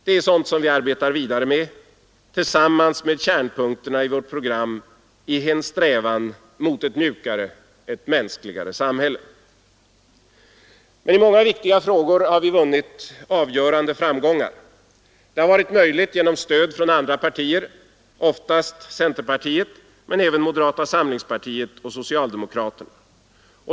Det är sådant som vi arbetar vidare med vid sidan av kärnpunkterna i vårt program i en strävan mot ett mjukare, ett mänskligare samhälle. I många viktiga frågor har vi emellertid vunnit avgörande framgångar. Det har varit möjligt genom stöd från andra partier, oftast centerpartiet men även moderata samlingspartiet och socialdemokraterna.